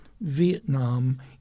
Vietnam